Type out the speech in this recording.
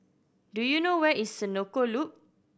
do you know where is Senoko Loop